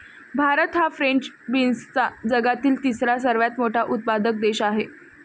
भारत हा फ्रेंच बीन्सचा जगातील तिसरा सर्वात मोठा उत्पादक देश आहे